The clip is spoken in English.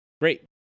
Great